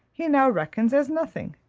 he now reckons as nothing.